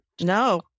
No